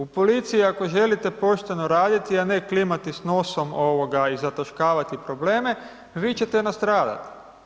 U policiji ako želite pošteno raditi, a ne klimati s nosom i zataškavati probleme, vi ćete nastradati.